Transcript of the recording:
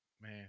man